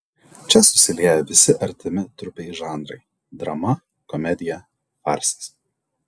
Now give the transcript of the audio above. čia susilieja visi artimi trupei žanrai drama komedija farsas